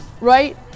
right